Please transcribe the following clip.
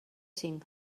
cinc